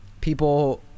people